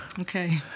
Okay